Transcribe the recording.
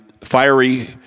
fiery